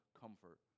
comfort